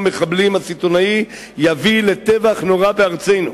המחבלים הסיטונאיים יביאו לטבח נורא בארצנו.